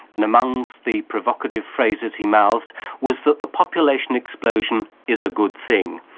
and amongst the provocative phrases he mouthed was that the population explosion is a good thing.